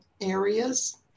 areas